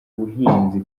buhinzi